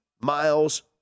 miles